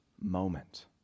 moment